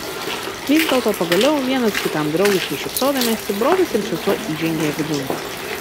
vis dėlto pagaliau vienas kitam draugiškai šypsodamiesi brolis ir sesuo įžengė vidun